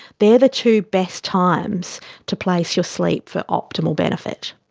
they are the two best times to place your sleep for optimal benefit.